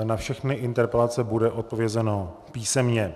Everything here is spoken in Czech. Na všechny interpelace bude odpovězeno písemně.